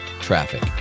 traffic